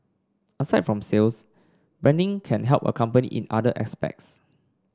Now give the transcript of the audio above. aside from sales branding can help a company in other aspects